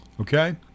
okay